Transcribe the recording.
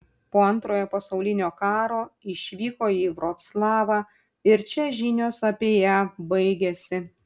po antrojo pasaulinio karo išvyko į vroclavą ir čia žinios apie ją baigiasi